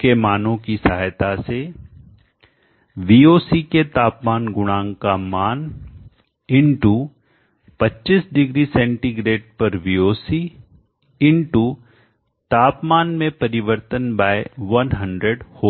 के मानो की सहायता से VOC के तापमान गुणांक का मान 25 डिग्री सेंटीग्रेड पर VOC तापमान में परिवर्तन बाय 100 होगा